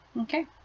Okay